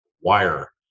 wire